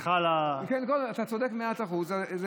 סליחה על, אתה צודק במאת האחוזים.